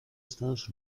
estados